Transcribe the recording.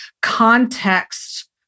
context